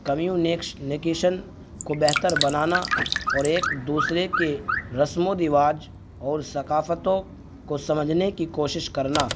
کمیونیکش نکیشن کو بہتر بنانا اور ایک دوسرے کے رسم و رواج اور ثکافتوں کو سمجھنے کی کوشش کرنا